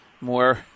more